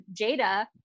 Jada